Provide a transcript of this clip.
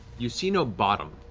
you see no bottom.